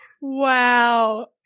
wow